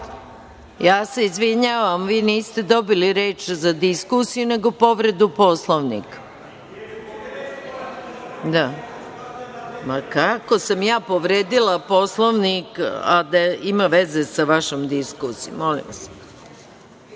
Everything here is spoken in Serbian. Ja se izvinjavam, vi niste dobili reč za diskusiju nego povredu Poslovnika. Kako sam ja povredila Poslovnik, a da ima veze sa vašom diskusijom, molim